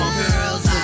girls